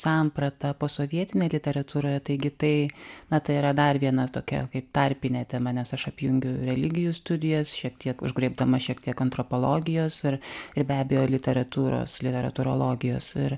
samprata posovietinė literatūra taigi tai na tai yra dar viena tokia kaip tarpinė tema nes aš apjungiu religijų studijas šiek tiek užgriebdama šiek tiek antropologijos ir ir be abejo literatūros literatūrologijos ir